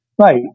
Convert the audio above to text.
right